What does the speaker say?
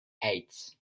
eight